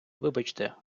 вибачте